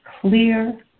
clear